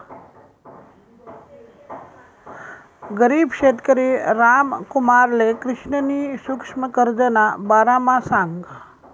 गरीब शेतकरी रामकुमारले कृष्णनी सुक्ष्म कर्जना बारामा सांगं